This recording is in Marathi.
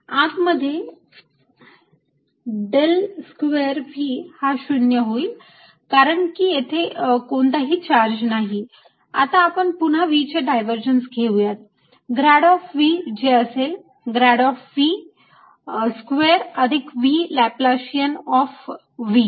आता आत मध्ये डेल स्क्वेअर V हा 0 होईल कारण की तेथे कोणताही चार्ज नाही आता आपण पुन्हा V चे डायव्हर्जन्स घेऊयात ग्रॅड ऑफ V जे असेल ग्रॅड ऑफ V स्क्वेअर अधिक V लाप्लाशियन ऑफ V